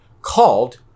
called